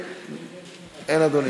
אין, אדוני.